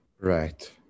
Right